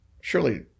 surely